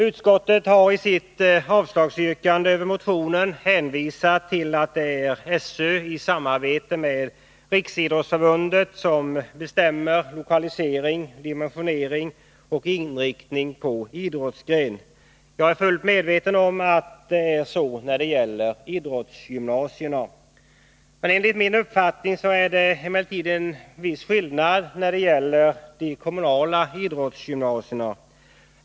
Utskottet har i sitt avslagsyrkande på motionen hänvisat till att det är SÖ i samarbete med Riksidrottsförbundet som bestämmer lokalisering, dimensionering och inriktning i fråga om idrottsgren. Jag är fullt medveten om att det är så när det gäller idrottsgymnasierna. Enligt min uppfattning är det emellertid en viss skillnad när det gäller de kommunala idrottsgymnasierna.